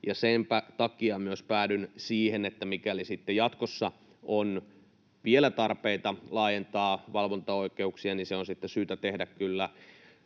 senpä takia myös päädyn siihen, että mikäli sitten jatkossa on vielä tarpeita laajentaa valvontaoikeuksia, niin se on sitten syytä tehdä kyllä